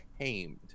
tamed